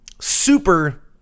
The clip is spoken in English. super